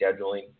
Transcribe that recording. scheduling